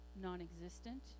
non-existent